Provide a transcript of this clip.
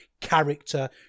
character